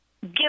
give